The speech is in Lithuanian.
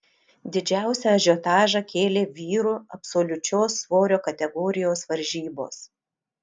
didžiausią ažiotažą kėlė vyrų absoliučios svorio kategorijos varžybos